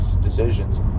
decisions